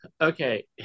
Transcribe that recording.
okay